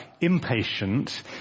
impatient